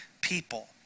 people